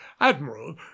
admiral